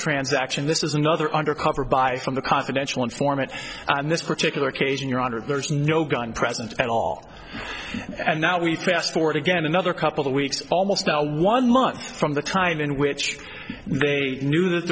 transaction this is another undercover buy on the confidential informants and this particular occasion your honor there's no gun present at all and now we fast forward again another couple of weeks almost a one month from the time in which they knew that